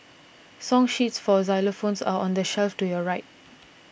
song sheets for xylophones are on the shelf to your right